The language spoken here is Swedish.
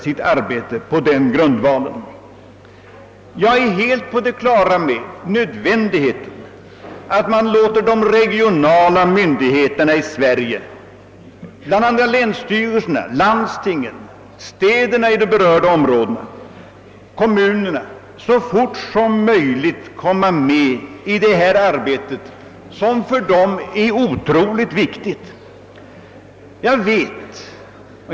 Jag är helt på det klara med att det är nödvändigt att låta de regionala myndigheterna, bl.a. länsstyrelserna, landstingen, städerna och kommunerna, i de berörda områdena så snart som möjligt få deltaga i detta för dem otroligt viktiga arbete.